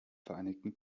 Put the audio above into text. vereinigten